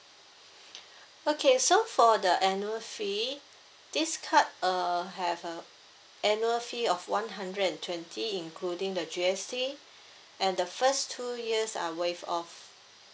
okay so for the annual fee this card uh have uh annual fee of one hundred and twenty including the G_S_T and the first two years are waive off